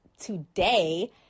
today